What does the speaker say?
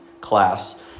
class